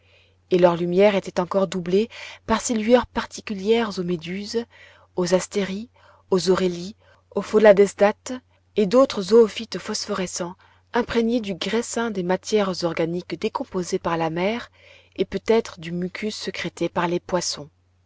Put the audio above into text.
et leur lumière était encore doublée par ces lueurs particulières aux méduses aux astéries aux aurélies aux pholadesdattes et autres zoophytes phosphorescents imprégnés du graissin des matières organiques décomposées par la mer et peut-être du mucus secrète par les poissons